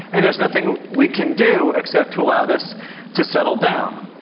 and there's nothing we can do except to allow this to settle down.